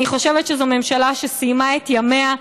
אני חושבת שזו ממשלה שסיימה את ימיה.